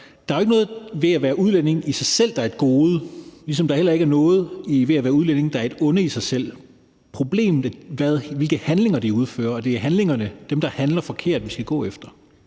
Der er jo ikke noget ved det at være udlænding, der i sig selv er et gode, ligesom der heller ikke er noget ved det at være udlænding, der i sig selv er et onde. Problemet handler om, hvilke handlinger de udfører, og det er dem, der handler forkert, vi skal gå efter.